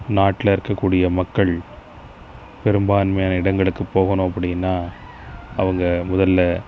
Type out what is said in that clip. நாட்டில் இருக்கக் கூடிய மக்கள் பெரும்பான்மையான இடங்களுக்கு போகணும் அப்படின்னா அவங்க முதலில்